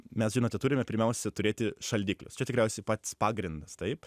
mes žinote turime pirmiausia turėti šaldiklius čia tikriausiai pats pagrindas taip